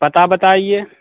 पता बताइए